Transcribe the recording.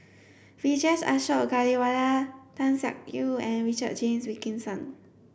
Vijesh Ashok Ghariwala Tan Siak Kew and Richard James Wilkinson